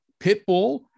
Pitbull